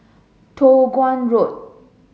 Toh Guan Road